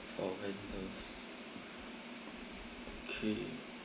or vendors okay